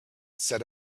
set